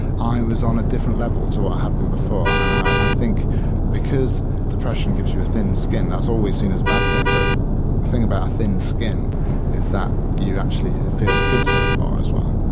i was on a different level to what happened before. and i think because depression gives you a thin skin, that's always seen as a bad thing, but thing about a thin skin is that you actually feel the good stuff more as well.